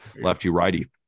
lefty-righty